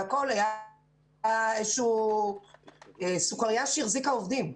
הייתה איזושהי סוכרייה שהחזיקה עובדים.